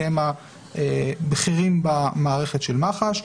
שהם הבכירים במערכת של מח"ש.